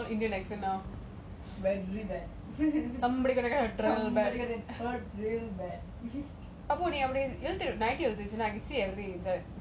very bad somebody gonna get hurt real bad